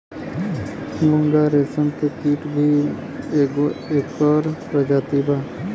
मूंगा रेशम के कीट भी एगो एकर प्रजाति बा